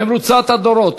במרוצת הדורות